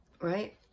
right